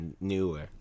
newer